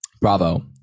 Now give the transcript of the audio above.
Bravo